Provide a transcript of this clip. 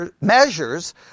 measures